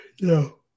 No